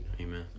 Amen